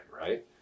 right